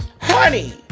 Honey